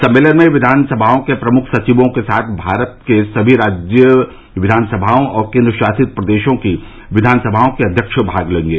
सम्मेलन में विधान सभाओं के प्रमुख सविवों के साथ भारत के सभी राज्य विधान समाओं और केन्द्र शासित प्रदेश की विधान समाओं के अध्यक्ष भाग लेंगे